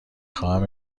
خواهم